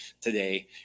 today